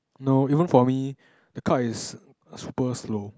no even for me the card is super slow